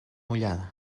mullada